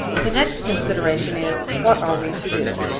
the next consideration is, what are we to do?